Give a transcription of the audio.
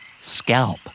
Scalp